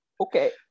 okay